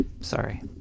Sorry